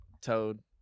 Toad